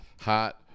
Hot